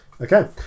Okay